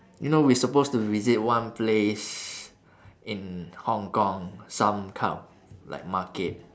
you know we supposed to visit one place in hong kong some kind of like market